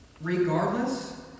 Regardless